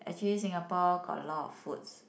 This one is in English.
actually Singapore got a lot of foods